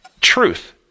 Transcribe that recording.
Truth